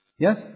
Yes